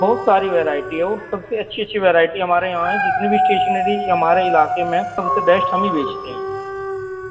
بہت ساری ورائٹی ہے وہ سب سے اچھی اچھی ورائٹی ہمارے یہاں ہے جتنے بھی اسٹیشنری ہمارے علاقے میں ہیں سب سے بیسٹ ہمیں بیچتے ہیں